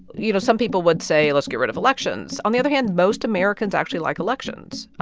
you know, some people would say, let's get rid of elections. on the other hand, most americans actually like elections.